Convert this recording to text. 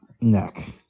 neck